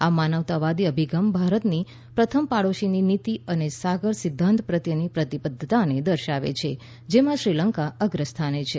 આ માનવતાવાદી અભિગમ ભારતની પ્રથમ પાડોશીની નીતિ અને સાગર સિધ્ધાંત પ્રત્યેની પ્રતિબદ્ધતા દર્શાવે છે જેમાં શ્રીલંકા અગ્રસ્થાને છે